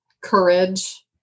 courage